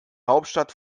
hauptstadt